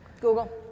Google